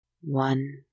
One